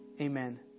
Amen